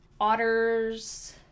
otters